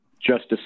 Justice